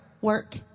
Work